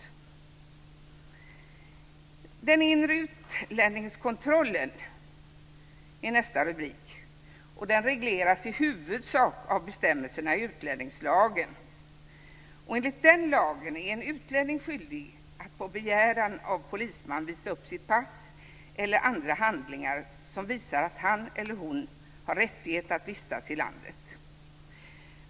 Sedan gäller det en reservation vars rubrik lyder "Den inre utlänningskontrollen", något som i huvudsak regleras av bestämmelserna i utlänningslagen. Enligt den lagen är en utlänning skyldig att på begäran av polisman visa upp sitt pass eller andra handlingar som visar att han eller hon har rättighet att vistas i landet.